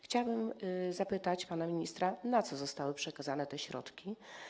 Chciałabym zapytać pana ministra, na co zostały przekazane te środki.